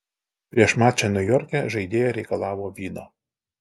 prieš mačą niujorke žaidėja reikalavo vyno